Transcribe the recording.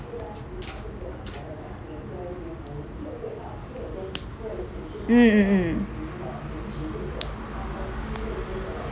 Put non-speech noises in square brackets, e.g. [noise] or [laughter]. [noise] mm mm mm